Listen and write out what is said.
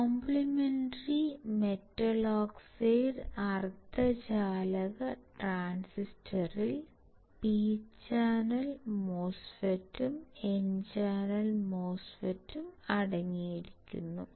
complementary metal oxide അർദ്ധചാലക ട്രാൻസിസ്റ്ററിൽ P channel മോസ്ഫെറ്റും എൻ ചാനൽ മോസ്ഫെറ്റും അടങ്ങിയിരിക്കുന്നു